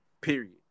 Period